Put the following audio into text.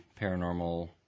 paranormal